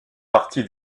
partie